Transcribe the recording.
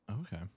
Okay